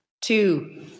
two